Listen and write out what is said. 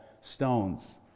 stones